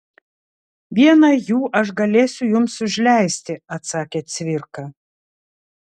vieną jų aš galėsiu jums užleisti atsakė cvirka